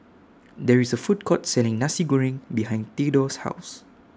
There IS A Food Court Selling Nasi Goreng behind Theodore's House